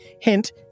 Hint